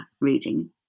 reading